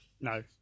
No